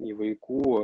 į vaikų